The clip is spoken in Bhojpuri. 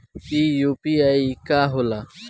ई यू.पी.आई का होला?